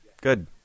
good